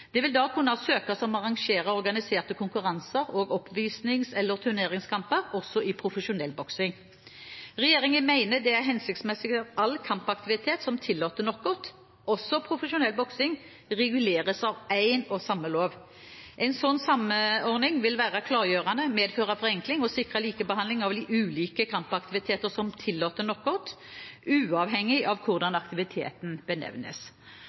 Det vil da kunne søkes om å arrangere organiserte konkurranser og oppvisnings- eller turneringskamper, også i profesjonell boksing. Regjeringen mener det er hensiktsmessig at all kampaktivitet som tillater knockout, også profesjonell boksing, reguleres av én og samme lov. En slik samordning vil være klargjørende, medføre forenkling og sikre likebehandling av ulike kampaktiviteter som tillater knockout, uavhengig av hvordan aktiviteten benevnes.